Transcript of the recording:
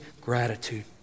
gratitude